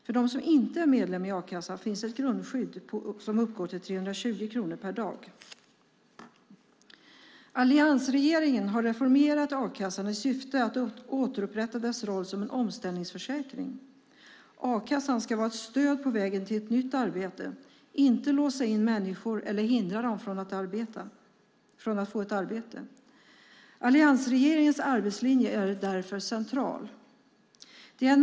För den som inte är medlem i en a-kassa finns ett grundskydd som uppgår till 320 kronor per dag. Alliansregeringen har reformerat a-kassorna i syfte att återupprätta deras roll som en omställningsförsäkring. A-kassan ska vara ett stöd på vägen till ett nytt arbete; den ska inte låsa in människor eller hindra dem från att få ett arbete. Alliansregeringens arbetslinje är därför central.